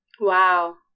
Wow